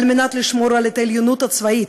לשמור על העליונות הצבאית,